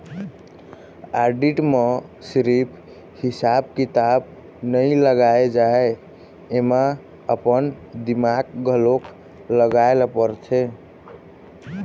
audit म सिरिफ हिसाब किताब नइ लगाए जाए एमा अपन दिमाक घलोक लगाए ल परथे